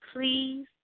please